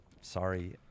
Sorry